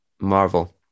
Marvel